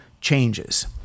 changes